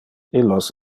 illos